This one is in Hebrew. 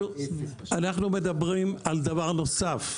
אנחנו מדברים על דבר נוסף.